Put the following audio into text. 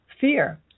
fear